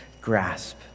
grasp